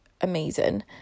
amazing